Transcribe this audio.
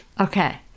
okay